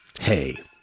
Hey